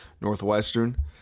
Northwestern